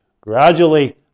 gradually